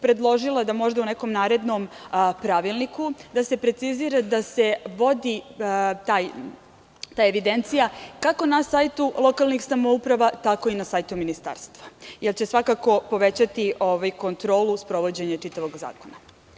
Predložila bih da se možda u nekom narednom pravilniku precizira da se vodi ta evidencija, kako na sajtu lokalnih samouprava, tako i na sajtu ministarstva, jer će svakako povećati kontrolu sprovođenja čitavog zakona.